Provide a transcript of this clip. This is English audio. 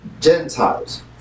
Gentiles